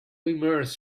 immerse